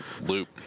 loop